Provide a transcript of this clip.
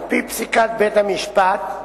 על-פי פסיקת בית-המשפט,